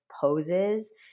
poses